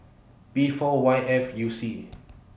B four Y F U C